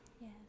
Yes